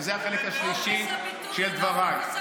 וזה החלק השלישי של דבריי.